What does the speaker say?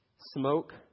Smoke